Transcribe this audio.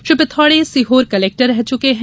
Shri Pithode Sehore collector रह चुके हैं